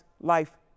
life